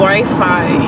Wi-Fi